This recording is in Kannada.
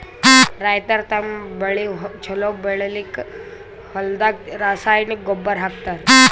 ರೈತರ್ ತಮ್ಮ್ ಬೆಳಿ ಛಲೋ ಬೆಳಿಲಿಕ್ಕ್ ಹೊಲ್ದಾಗ ರಾಸಾಯನಿಕ್ ಗೊಬ್ಬರ್ ಹಾಕ್ತಾರ್